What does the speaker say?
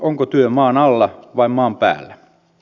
onko työ maan alla vai maan päällä